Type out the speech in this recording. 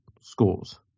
scores